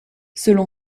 selon